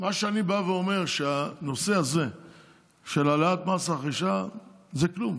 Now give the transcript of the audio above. מה שאני בא ואומר הוא שהנושא הזה של העלאת מס רכישה זה כלום.